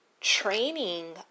training